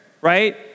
right